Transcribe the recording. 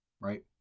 Right